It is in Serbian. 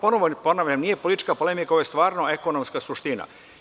Ponavljam, ovo nije politička polemika, ovo je stvarno ekonomska suština.